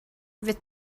with